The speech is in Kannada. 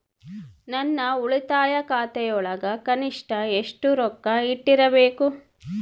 ನನ್ನ ಉಳಿತಾಯ ಖಾತೆಯೊಳಗ ಕನಿಷ್ಟ ಎಷ್ಟು ರೊಕ್ಕ ಇಟ್ಟಿರಬೇಕು?